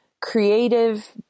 creative